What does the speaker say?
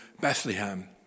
Bethlehem